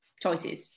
choices